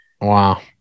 Wow